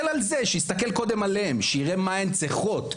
מסתכל עליהן - מה הן צריכות?